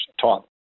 taught